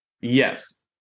Yes